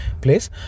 place